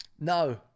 No